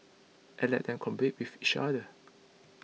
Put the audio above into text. and let them compete with each other